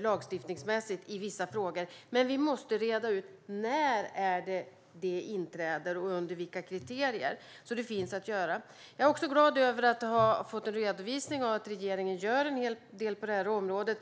lagstiftningsmässiga hinder i vissa frågor. Vi måste dock reda ut när de inträder och under vilka betingelser. Vi har alltså att göra. Jag är glad över att ha fått en redovisning av att regeringen gör en hel del på det här området.